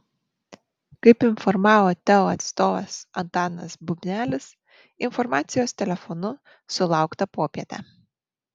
kaip informavo teo atstovas antanas bubnelis informacijos telefonu sulaukta popietę